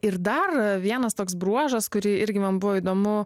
ir dar vienas toks bruožas kurį irgi man buvo įdomu